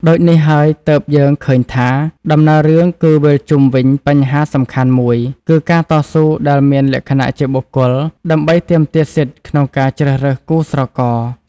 ដូចនេះហើយទើបយើងឃើញថា ដំណើររឿងគឺវិលជុំវិញបញ្ហាសំខាន់មួយគឺ ការតស៊ូដែលមានលក្ខណៈជាបុគ្គលដើម្បីទាមទារសិទ្ធិក្នុងការជ្រើសរើសគូស្រករ ។